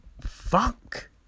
fuck